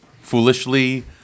foolishly